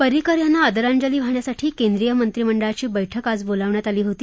परिंकर यांना आदरांजली वाहण्यासाठी केंद्रीय मंत्रिमंडळाची बैठक आज बोलावण्यात आली होती